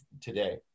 today